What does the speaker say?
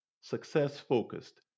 success-focused